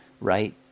right